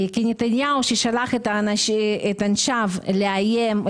נתניהו ששלח את אנשיו לאיים,